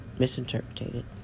misinterpreted